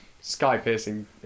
sky-piercing